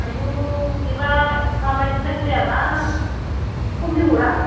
आइयौ बेबा माबायदिथाय गयाबा खमनि हरा